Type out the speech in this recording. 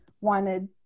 wanted